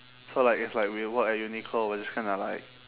so like if like we work at uniqlo we're just gonna like